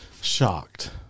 Shocked